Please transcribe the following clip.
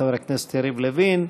חבר הכנסת יריב לוין,